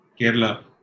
Kerala